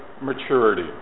maturity